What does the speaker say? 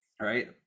right